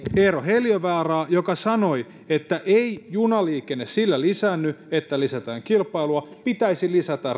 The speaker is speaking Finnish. eero heliövaaraa joka sanoi ei junaliikenne sillä lisäänny että lisätään kilpailua pitäisi lisätä